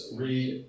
read